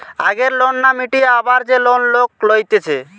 আগের লোন না মিটিয়ে আবার যে লোন লোক লইতেছে